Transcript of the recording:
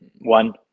One